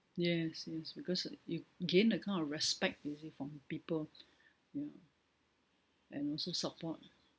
yes yes because you gain the kind of respect you see from people ya and also support